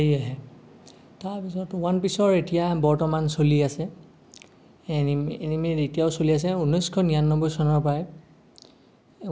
সেয়েহে তাৰপিছত ওৱান পিছৰ এতিয়া বৰ্তমান চলি আছে এনিমি এনিমি এতিয়াও চলি আছে ঊনৈছশ নিৰানব্বৈ চনৰ পৰাই